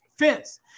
fence